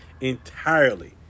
entirely